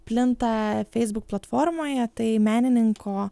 plinta facebook platformoje tai menininko